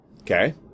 okay